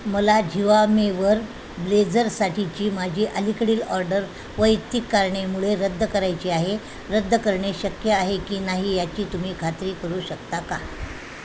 मला झिवामेवर ब्लेझरसाठीची माझी अलीकडील ऑर्डर वैयक्तिक कारणेमुळे रद्द करायची आहे रद्द करणे शक्य आहे की नाही याची तुम्ही खात्री करू शकता का